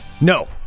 No